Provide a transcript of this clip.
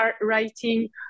writing